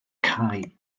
cae